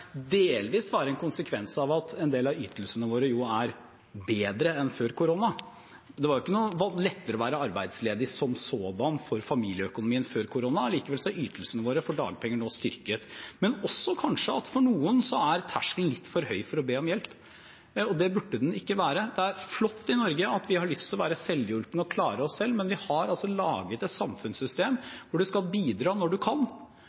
delvis være en konsekvens av at en del av ytelsene våre er bedre enn før korona. Det var ikke noe lettere å være arbeidsledig som sådan for familieøkonomien før korona. Likevel er ytelsene for dagpenger nå styrket. Men kanskje er for noen terskelen litt for høy for å be om hjelp, og det burde den ikke være. Det er flott at vi i Norge har lyst til å være selvhjulpne og klare oss selv, men vi har altså laget et samfunnssystem der du skal bidra når du kan,